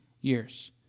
years